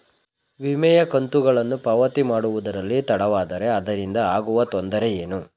ವಿಮೆಯ ಕಂತುಗಳನ್ನು ಪಾವತಿ ಮಾಡುವುದರಲ್ಲಿ ತಡವಾದರೆ ಅದರಿಂದ ಆಗುವ ತೊಂದರೆ ಏನು?